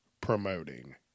promoting